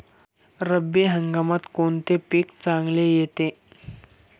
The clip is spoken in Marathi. रब्बी हंगामात कोणते पीक चांगले येते?